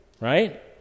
right